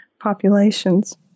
populations